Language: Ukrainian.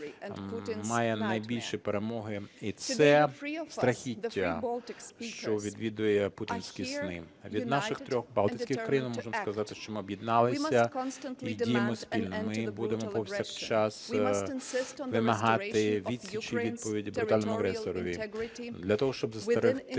має найбільші перемоги і це - страхіття, що відвідує путінські сни. Від наших трьох Балтійських країн ми можемо сказати, що ми об’єдналися і діємо спільно, ми будемо повсякчас вимагати відсічі, відповіді брутальному агресорові для того, щоб застерегти